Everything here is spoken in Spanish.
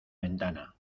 ventana